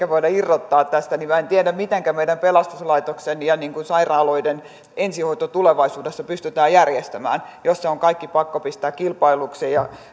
voida irrottaa tästä niin minä en tiedä mitenkä meidän pelastuslaitosten ja sairaaloiden ensihoito tulevaisuudessa pystytään järjestämään jos on kaikki pakko pistää kilpailutukseen ja